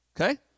Okay